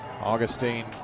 Augustine